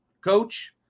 coach